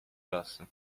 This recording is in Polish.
losu